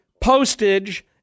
postage